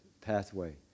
pathway